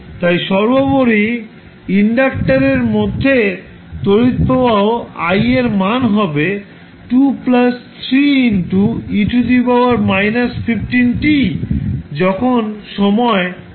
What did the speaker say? তাই সর্বোপরি ইন্ডাক্টারের মধ্যের তড়িৎ প্রবাহ I এর মাণ হবে 2 3e−15t যখন সময় t0